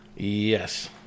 yes